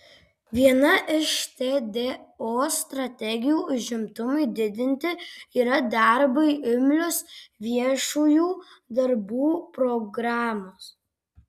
viena iš tdo strategijų užimtumui didinti yra darbui imlios viešųjų darbų programos